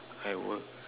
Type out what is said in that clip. I work